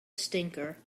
stinker